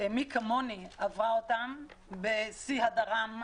מי כמוני עברה אותם בשיא הדרם,